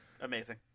Amazing